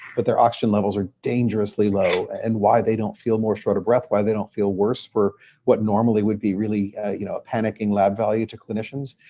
but their oxygen levels are dangerously low. and why they don't feel more short of breath, why they don't feel worse for what normally would be really you know panicking lab value to clinicians,